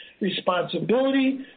responsibility